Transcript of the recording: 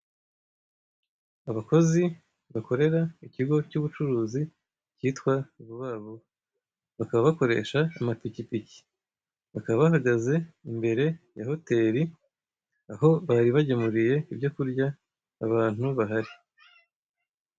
Abakozi bakorera ikigo cy'ubucuruzi cyitwa Vuba Vuba, bakaba bakoresha amapikipiki, bakaba bahagaze imbere ya hotel, aho bari bagemuriye ibyo kurya abantu bahari.